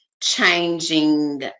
changing